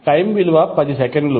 time విలువ 10 సెకన్లు